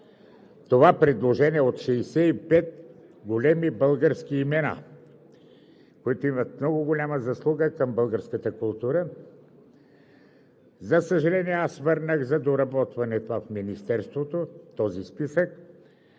това предложение от 65 големи български имена, които имат много голяма заслуга към българската култура. За съжаление, аз върнах за доработване този списък в Министерството, тъй